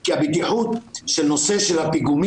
כי הבטיחות בפיגומים,